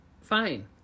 fine